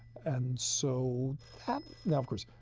and so, that now, of course,